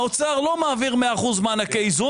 האוצר לא מעביר 100 אחוזים מענקי איזון